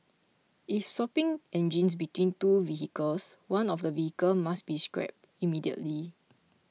if swapping engines between two vehicles one of the vehicles must be scrapped immediately